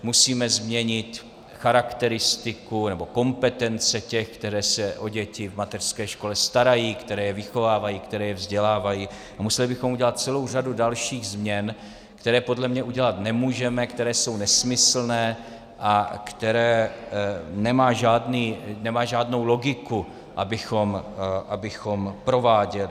Musíme změnit charakteristiku nebo kompetence těch, kteří se o děti v mateřské škole starají, kteří je vychovávají, kteří je vzdělávají, a museli bychom udělat celou řadu dalších změn, které podle mě udělat nemůžeme, které jsou nesmyslné a které nemají žádnou logiku, abychom prováděli.